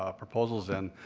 ah proposals in.